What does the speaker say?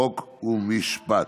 חוק ומשפט.